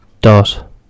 dot